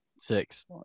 Six